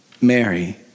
Mary